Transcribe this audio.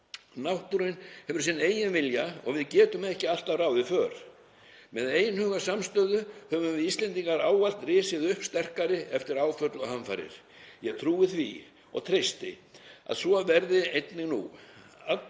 náttúran hefur sinn eigin vilja og við getum ekki alltaf ráðið för. Með einhuga samstöðu höfum við Íslendingar ávallt risið upp sterkari eftir áföll og hamfarir. Ég trúi því og treysti að svo verði einnig nú.